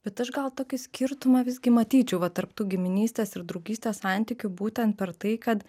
bet aš gal tokį skirtumą visgi matyčiau va tarp tų giminystės ir draugystės santykių būtent per tai kad